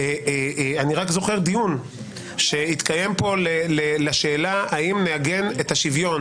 אני רק זוכר דיון שהתקיים פה לשאלה האם נעגן את השוויון